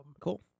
Cool